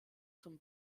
zum